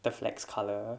the flags color